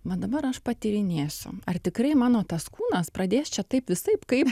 va dabar aš patyrinėsiu ar tikrai mano tas kūnas pradės čia taip visaip kaip